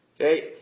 Okay